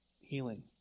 healing